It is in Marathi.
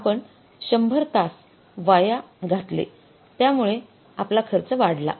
आपण १०० तास वाया घावले त्यामुळे आपला खर्च वाढला